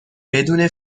بدون